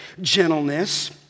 gentleness